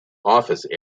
office